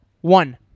One